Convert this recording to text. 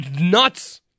Nuts